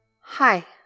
Hi